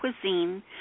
cuisine